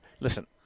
Listen